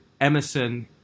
Emerson